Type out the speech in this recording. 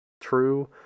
true